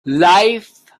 life